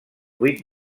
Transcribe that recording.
vuit